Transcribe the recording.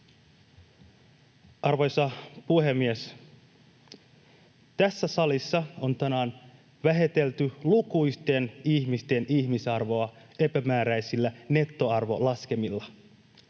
Arvoisa puhemies! Tässä salissa on tänään vähätelty lukuisten ihmisten ihmisarvoa epämääräisillä nettoarvolaskelmilla.